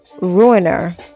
ruiner